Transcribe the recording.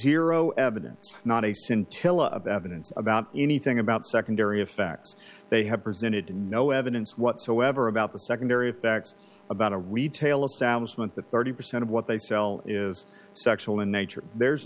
scintilla of evidence about anything about secondary effects they have presented no evidence whatsoever about the secondary effects about a retail establishment that thirty percent of what they sell is sexual in nature there's